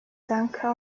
tanker